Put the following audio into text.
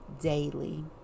daily